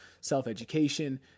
self-education